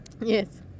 Yes